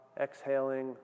Exhaling